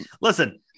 listen